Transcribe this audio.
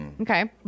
Okay